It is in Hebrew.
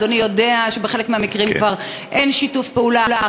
ואדוני יודע שבחלק מהמקרים כבר אין שיתוף פעולה,